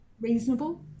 reasonable